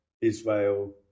Israel